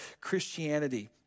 Christianity